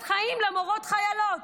סכנת חיים למורות החיילות.